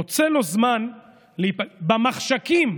מוצא לו זמן להיפגש במחשכים